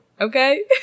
okay